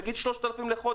תגיד 3,000 לחודש.